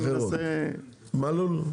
מלול.